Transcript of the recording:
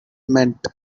meant